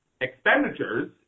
expenditures